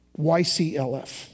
YCLF